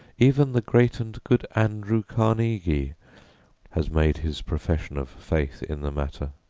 even the great and good andrew carnegie has made his profession of faith in the matter.